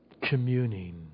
communing